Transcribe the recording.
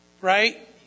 right